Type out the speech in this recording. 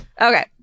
Okay